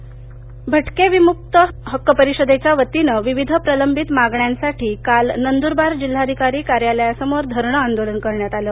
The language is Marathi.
धरणे नंदरवार भटके विमुक्त हक्क परिषदेच्या वतीने विविध प्रलंबीत मागण्यासाठी काल नंदुरबार जिल्हाधिकारी कार्यालयासमोर धरणे आंदोलन करण्यात आलं